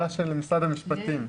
של משרד המשפטים.